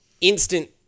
instant